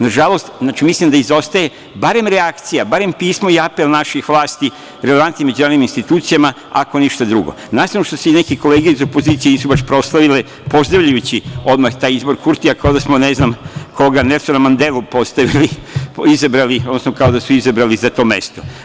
Nažalost, mislim da izostaje barem reakcija, barem pismo i apel naših vlasti relevantnim međunarodnim institucijama, ako ništa drugo, na stranu što se neke vreme i opozicije nisu baš proslavile pozdravljajući odmah taj izbor Kurtija kao da smo ne znam Nelsona Mendelu postavili, izabrali, odnosno kao da su izabrali za to mesto.